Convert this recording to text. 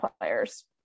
players